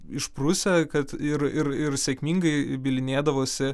išprusę kad ir ir ir sėkmingai bylinėdavosi